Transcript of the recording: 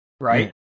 right